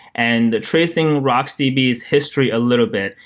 and tracing rocksdb's history a little bit,